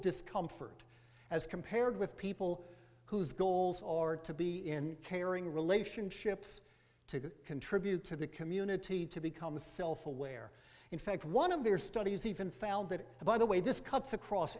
discomfort as compared with people whose goals are to be in caring relationships to contribute to the community to become self aware in fact one of their studies even found that by the way this cuts across